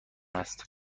است